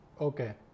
Okay